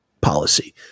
policy